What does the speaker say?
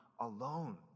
alone